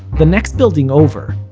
the next building over,